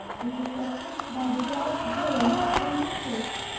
intersected by broad drains and ditches.